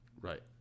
Right